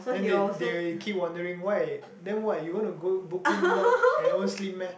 then they they keep wondering why then why you want to go book in not and always sleep meh